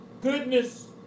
goodness